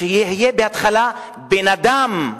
שיהיה בהתחלה בן-אדם,